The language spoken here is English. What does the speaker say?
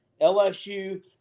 LSU